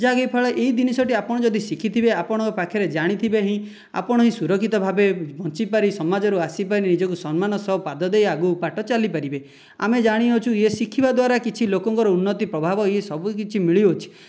ଯାହାକି ଫଳରେ ଏହି ଜିନିଷଟି ଆପଣ ଯଦି ଶିଖିଥିବେ ଆପଣ ପାଖରେ ଜାଣିଥିବେ ହିଁ ଆପଣ ସୁରକ୍ଷିତ ଭାବେ ବଞ୍ଚି ପାରିବେ ସମାଜରୁ ଆସି ନିଜକୁ ସମ୍ମାନ ସହ ପାଦ ଦେଇ ଆଗକୁ ବାଟ ଚାଲିପାରିବେ ଆମେ ଜାଣିଅଛୁ ଇଏ ଶିଖିବା ଦ୍ୱାରା କିଛି ଲୋକଙ୍କର ଉନ୍ନତି ପ୍ରଭାବ ଏହି ସବୁକିଛି ମିଳିଅଛି